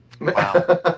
Wow